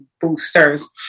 boosters